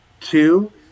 Two